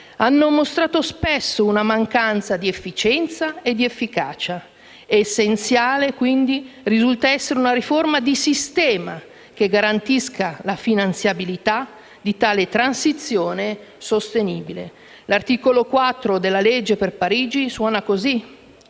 hanno mostrato spesso una mancanza di efficienza e di efficacia. Essenziale quindi risulta essere una riforma di sistema che garantisca la finanziabilità di tale transizione sostenibile. L'articolo 4 del disegno di legge di